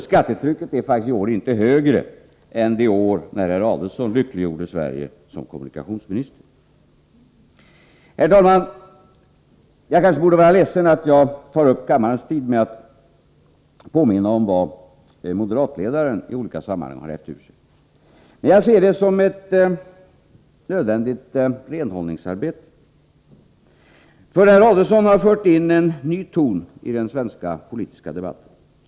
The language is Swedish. Skattetrycket är faktiskt i år inte högre än under de år då herr Adelsohn lyckliggjorde Sverige som kommunikationsminister. Herr talman! Jag borde kanske vara ledsen över att jag tar upp kammarens tid med att påminna om vad moderatledaren i olika sammanhang hävt ur sig. Men jag ser det som ett nödvändigt renhållningsarbete. Herr Adelsohn har fört in en ny ton i den svenska politiska debatten.